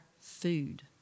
food